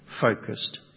focused